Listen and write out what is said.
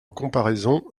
comparaison